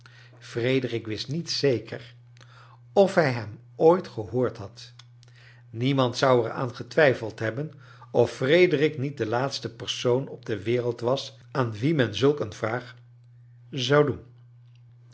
frederik wist niet zeker of hij hem ooit gehoord had niemand zou er aan getwijfeld hebben of frederik niet de laatste persoon op de wereld was aan wien men zulk een vraag zou doen